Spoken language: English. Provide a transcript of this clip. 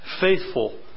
faithful